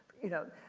you know.